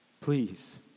please